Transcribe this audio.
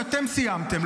דם על הידיים שלך.